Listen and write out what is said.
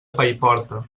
paiporta